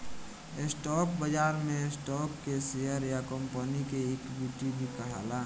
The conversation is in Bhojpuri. स्टॉक बाजार में स्टॉक के शेयर या कंपनी के इक्विटी भी कहाला